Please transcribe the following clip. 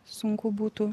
sunku būtų